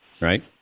right